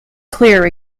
clear